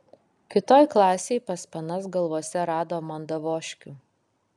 kitoj klasėj pas panas galvose rado mandavoškių